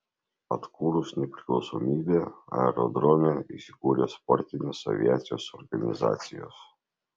atkūrus nepriklausomybę aerodrome įsikūrė sportinės aviacijos organizacijos